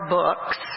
books